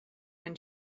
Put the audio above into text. when